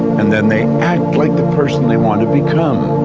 and then they act like the person they want to become.